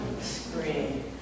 screen